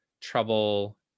trouble